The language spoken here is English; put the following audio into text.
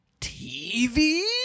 TV